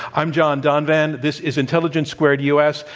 i'm john donvan, this is intelligence squared u. s,